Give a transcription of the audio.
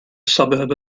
suburb